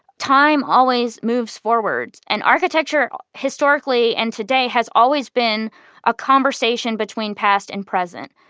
time always moves forward and architecture historically and today has always been a conversation between past and present.